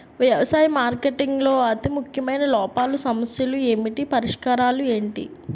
వ్యవసాయ మార్కెటింగ్ లో అతి ముఖ్యమైన లోపాలు సమస్యలు ఏమిటి పరిష్కారాలు ఏంటి?